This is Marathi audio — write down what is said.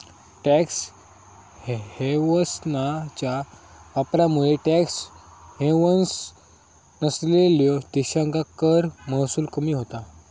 टॅक्स हेव्हन्सच्या वापरामुळे टॅक्स हेव्हन्स नसलेल्यो देशांका कर महसूल कमी होता